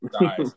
guys